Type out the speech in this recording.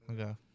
Okay